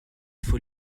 faut